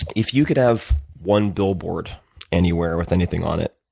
if you could have one billboard anywhere with anything on it,